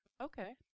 okay